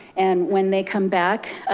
and when they come back,